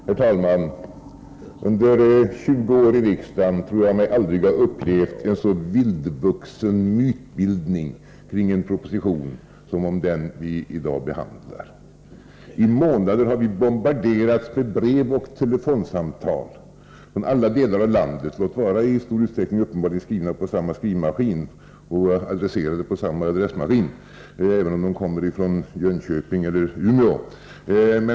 Herr talman! Under 20 år i riksdagen tror jag mig aldrig ha upplevt en så vildvuxen mytbildning kring en proposition som om den vi i dag behandlar. I månader har vi bombarderats med brev och telefonsamtal från alla delar av landet, låt vara i stor utsträckning uppenbarligen skrivna på samma skrivmaskin och adresserade på samma adressmaskin, även om de kommer från Jönköping eller Umeå.